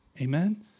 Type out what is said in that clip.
Amen